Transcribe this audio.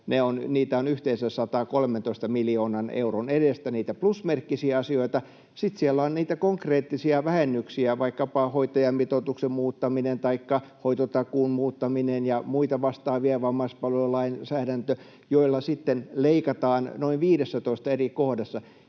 niitä on yhteensä 113 miljoonan euron edestä, niitä plusmerkkisiä asioita. Sitten siellä on niitä konkreettisia vähennyksiä, vaikkapa hoitajamitoituksen muuttaminen taikka hoitotakuun muuttaminen ja muita vastaavia, vammaispalvelulainsäädäntö, joilla sitten leikataan noin 15:ssä eri kohdassa.